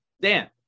Dan